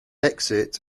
exit